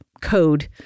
code